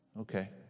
Okay